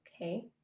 Okay